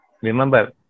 Remember